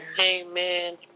Amen